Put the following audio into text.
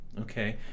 Okay